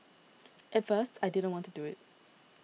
at first I didn't want to do it